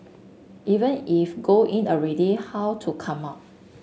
even if go in already how to come up